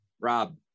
Rob